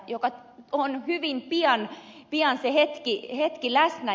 se hetki on hyvin pian läsnä